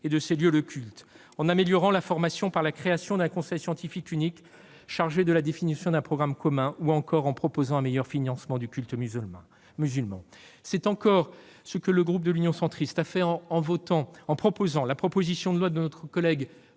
et de ses lieux de culte, en suggérant d'améliorer la formation par la création d'un conseil scientifique unique chargé de la définition d'un programme commun, ou en proposant un meilleur financement du culte musulman. C'est encore ce que le groupe Union Centriste a fait en faisant voter la proposition de loi de notre collègue